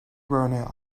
runner